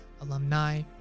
Alumni